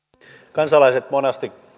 kansalaiset monasti